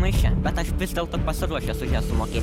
maiše bet aš vis dėlto pasiruošęs už ją sumokėti